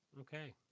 Okay